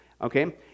Okay